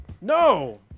No